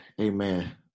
Amen